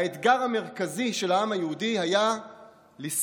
האתגר המרכזי של העם היהודי היה לשרוד.